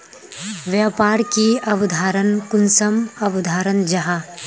व्यापार की अवधारण कुंसम अवधारण जाहा?